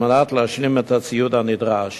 על מנת להשלים את הציוד הנדרש.